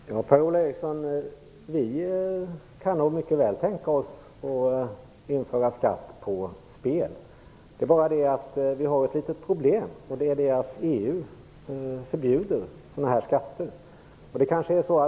Fru talman! Per-Ola Eriksson, vi kan nog mycket väl tänka oss att införa skatt på spel. Men det finns ett litet problem, eftersom EU förbjuder sådana här skatter.